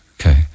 okay